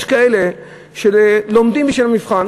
יש כאלה שלומדים בשביל המבחן.